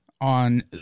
on